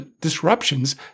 disruptions